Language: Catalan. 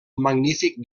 magnífic